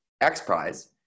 X-Prize